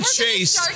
chase